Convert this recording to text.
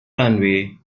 runway